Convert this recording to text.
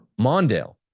Mondale